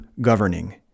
governing